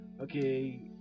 Okay